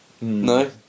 No